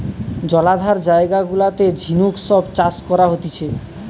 জলাধার জায়গা গুলাতে ঝিনুক সব চাষ করা হতিছে